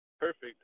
perfect